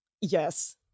yes